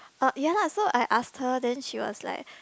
uh ya lah so I ask her then she was like